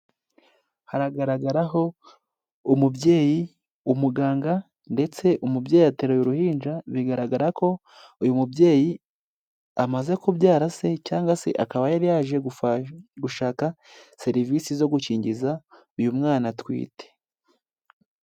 Hagaragaraho umubyeyi, umuganga, ndetse umubyeyi ateruye uruhinja bigaragara ko uyu mubyeyi amaze kubyara se cyangwa se akaba yari yaje gushaka serivisi zo gukingiza uyu mwana atwite.